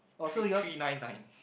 three three nine nine